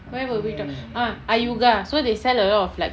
where we were talk ah ayuga so they sell a lot like